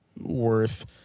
worth